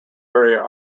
area